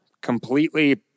completely